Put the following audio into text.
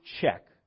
check